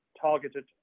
targeted